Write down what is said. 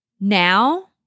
Now